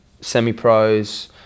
semi-pros